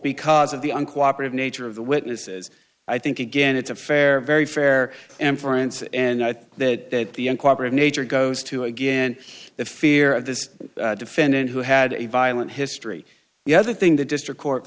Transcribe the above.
because of the uncooperative nature of the witnesses i think again it's a fair very fair and friends and i think that the cooperate nature goes to again the fear of this defendant who had a violent history the other thing the district co